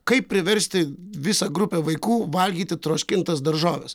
kaip priversti visą grupę vaikų valgyti troškintas daržoves